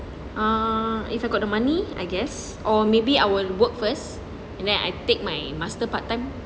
ah if I got the money I guess or maybe I will work first and then I take my master part time